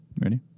Ready